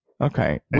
Okay